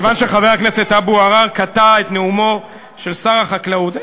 כיוון שחבר הכנסת אבו עראר קטע את נאומו של שר החקלאות,